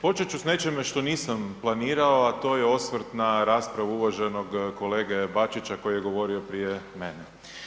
Početi ću s nečime što nisam planirao a to je osvrt na raspravu uvaženog kolege Bačića koji je govorio prije mene.